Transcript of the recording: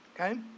Okay